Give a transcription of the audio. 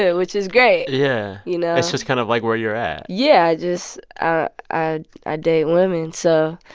yeah which is great. yeah. you know? it's just kind of like where you're at yeah. just ah ah i date women, so.